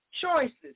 Choices